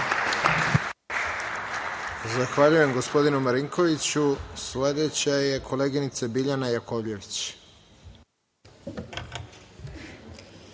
Zahvaljujem, gospodinu Marinkoviću. Sledeća je koleginica Biljana Jakovljević.